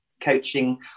coaching